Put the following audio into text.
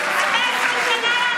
15 שנה יכולת לעשות את זה.